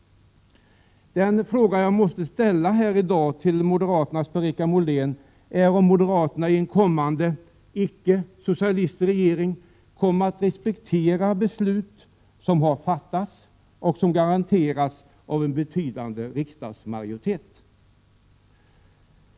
Den fråga som jag i dag måste ställa till moderaternas Per-Richard Molén är om moderaterna i en kommande icke-socialistisk regering kommer att respektera beslut som har fattats och som garanteras av en betydande riksdagsmajoritet.